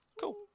cool